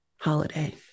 holiday